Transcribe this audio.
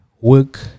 work